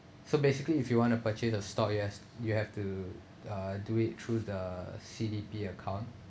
so basically if you want to purchase the stock you has you have to uh do it through the C_D_P account